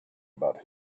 about